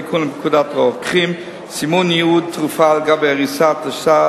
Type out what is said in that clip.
תיקון לפקודת הרוקחים (סימון ייעוד תרופה על גבי האריזה),